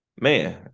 man